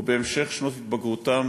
ובהמשך שנות התבגרותם,